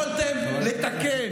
יכולתם לתקן,